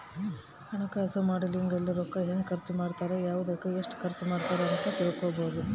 ಹಣಕಾಸು ಮಾಡೆಲಿಂಗ್ ಅಲ್ಲಿ ರೂಕ್ಕ ಹೆಂಗ ಖರ್ಚ ಮಾಡ್ತಾರ ಯವ್ದುಕ್ ಎಸ್ಟ ಮಾಡ್ತಾರ ಅಂತ ತಿಳ್ಕೊಬೊದು